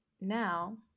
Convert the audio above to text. Now